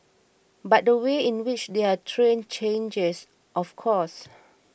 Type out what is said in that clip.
but the way in which they're trained changes of course